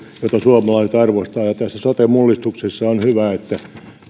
jota suomalaiset arvostavat ja tässä sote mullistuksessa on hyvä että